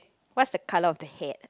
what's the color of the head